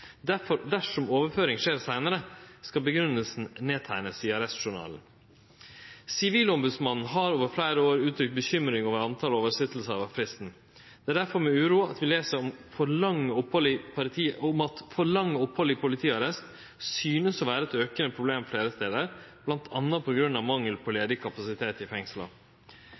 derfor med uro vi les om at for lange opphald i politiarrest synest å vere eit aukande problem fleire stader, bl.a. på grunn av mangel på ledig kapasitet i fengsla.